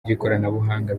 by’ikoranabuhanga